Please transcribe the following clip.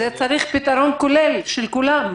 צריך פתרון כולל לכולם,